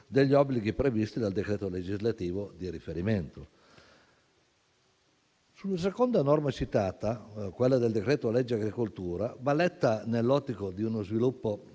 degli obblighi previsti dal decreto legislativo di riferimento. Sulla seconda norma citata, quella del decreto-legge agricoltura, essa va letta nell'ottica di uno sviluppo